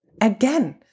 again